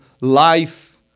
life